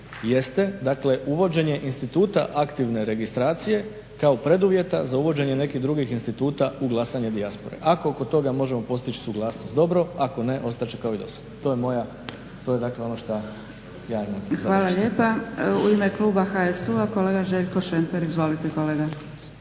dakle uvođenje instituta aktivne registracije kao preduvjeta za uvođenje nekih drugih instituta u glasanje dijaspore. Ako oko toga možemo postići suglasnost dobro, ako ne ostat će kao i dosad. To je dakle ono što ja imam za reći. **Zgrebec, Dragica (SDP)** Hvala lijepa. U ime kluba HSU-a kolega Željko Šemper. Izvolite kolega.